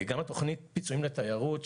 גם תוכנית הפיצויים לתיירות,